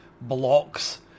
blocks